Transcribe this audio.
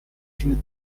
due